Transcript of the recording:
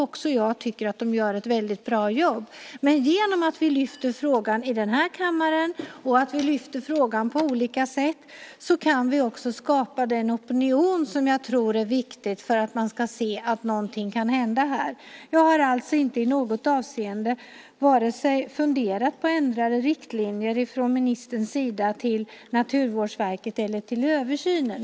Också jag tycker att de gör ett väldigt bra jobb. Men genom att vi lyfter frågan i den här kammaren och lyfter den på olika sätt kan vi också skapa den opinion som jag tror är viktig för att man ska se att någonting kan hända här. Jag har alltså inte i något avseende funderat på ändrade riktlinjer från ministerns sida till Naturvårdsverket eller när det gäller översynen.